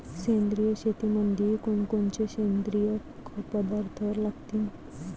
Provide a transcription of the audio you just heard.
सेंद्रिय शेतीमंदी कोनकोनचे सेंद्रिय पदार्थ टाका लागतीन?